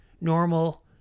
normal